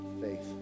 faith